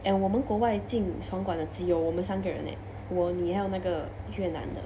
and 我们国外进的只有我们三个人 eh 我你还有那个越南的